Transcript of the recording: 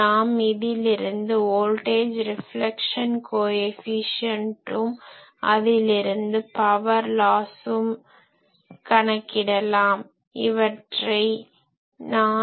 நாம் இதிலிருந்து voltage reflection கோயெஃபிஷியன்ட்டும் அதிலிருந்து பவர் லாஸும் ஆற்றல் இழப்பு கணக்கிடலாம்